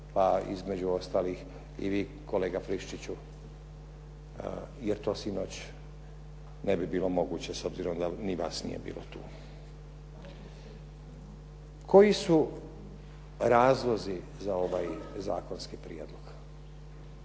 pa između ostalih i vi kolega Friščiću jer to sinoć ne bi bilo moguće, s obzirom da ni vas nije bilo tu. Koji su razlozi za ovaj zakonski prijedlog?